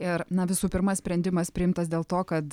ir na visų pirma sprendimas priimtas dėl to kad